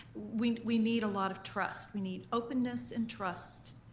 we we need a lot of trust. we need openness and trust,